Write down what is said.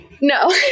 no